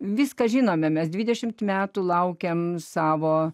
viską žinome mes dvidešimt metų laukėme savo